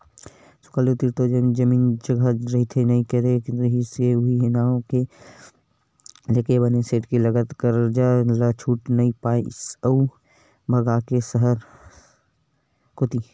सुकालू तीर तो जमीन जघा रहिबे नइ करे रिहिस हे उहीं नांव लेके बने सेठ के लगत करजा ल छूट नइ पाइस अउ भगागे सहर कोती